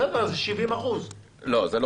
בסדר, זה 70%. לא, זה לא.